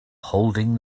holding